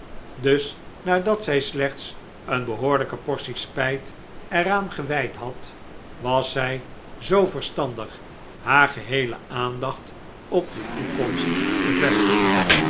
dus nadat zij slechts een behoorlijke portie spijt er aan gewijd had was zij zoo verstandig haar geheele aandacht op de toekomst te vestigen